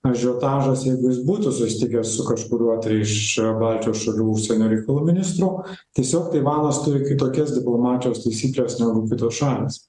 ažiotažas jeigu jis būtų susitikęs su kažkuriuo iš baltijos šalių užsienio reikalų ministrų tiesiog taivanas turi kitokias diplomatijos taisykles negu kitos šalys